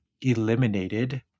eliminated